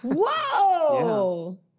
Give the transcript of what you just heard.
whoa